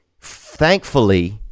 Thankfully